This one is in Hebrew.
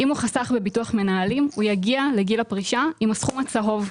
אם הוא חסך בביטוח מנהלים הוא יגיע לגיל פרישה עם הסכום הצהוב.